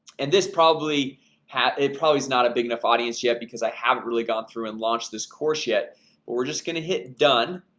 and this probably had it probably is not a big enough audience yet because i haven't really gone through and launched this course yet but we're just gonna hit done.